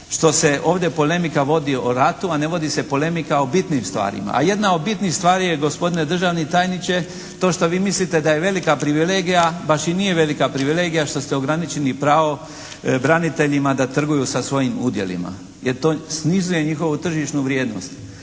što se ovdje polemika vodi o ratu, a ne vodi se polemika o bitnim stvarima. A jedna od bitnih stvari je gospodine državni tajniče to što vi mislite da je velika privilegija baš i nije velika privilegija što ste ograničili pravo braniteljima da trguju sa svojim udjelima. Jer to snizuje njihovu tržišnu vrijednost.